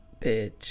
bitch